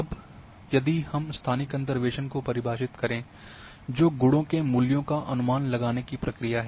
अब यदि हम स्थानिक अंतर्वेसन को परिभाषित करें जो गुणों के मूल्य का अनुमान लगाने की प्रक्रिया है